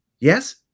yes